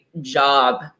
job